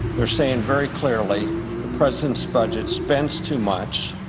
they're saying very clearly the president's budget spends too much.